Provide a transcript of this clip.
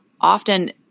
often